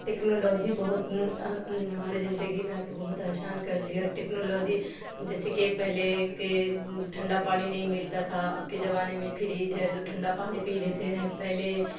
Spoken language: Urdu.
ٹیکنالوجی بہت ہماری زندگی میں آ کے بہت آسان کر دیا ٹیکنالوجی جیسے کہ پہلے کے ٹھنڈا پانی نہیں ملتا تھا اب کے زمانے میں فریج ہے تو ٹھنڈا پانی پی لیتے ہیں پہلے